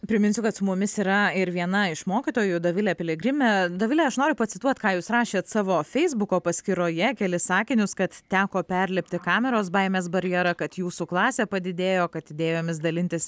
priminsiu kad su mumis yra ir viena iš mokytojų dovilė piligrimė dovile aš noriu pacituot ką jūs rašėt savo feisbuko paskyroje kelis sakinius kad teko perlipti kameros baimės barjerą kad jūsų klasė padidėjo kad idėjomis dalintis